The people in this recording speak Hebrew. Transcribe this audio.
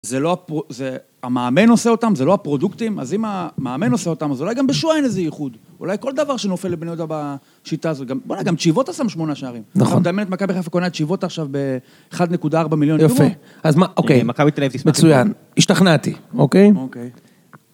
זה לא, המאמן עושה אותם, זה לא הפרודוקטים, אז אם המאמן עושה אותם, אז אולי גם בשוע אין איזה ייחוד, אולי כל דבר שנופל לבני יהודה בשיטה הזאת, בואנה גם צ'יבוטה שם שמונה שערים. נכון. זאת אומרת, מכבי חיפה קונה את צ'יבוטה עכשיו ב-1.4 מיליון יורו. אז מה, אוקיי, מכבי תל-אביב תשמח, מצוין, השתכנעתי, אוקיי? אוקיי